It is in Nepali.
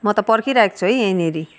म त पर्खिरहेको छु है यहीँनेरि